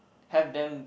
have them